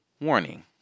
warning